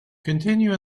continue